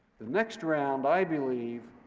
the next round, i believe,